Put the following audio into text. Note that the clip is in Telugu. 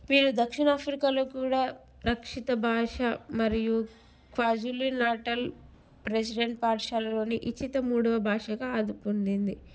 వీరు దక్షిణాఫ్రికాలో కూడా రక్షిత భాష మరియు ఫాజిల్లు నాటల్ ప్రెసిడెంట్ పాఠశాలలోని ఇచిత మూడవ భాషగా ఆదుకుందింది